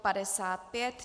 55.